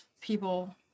people